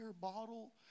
bottle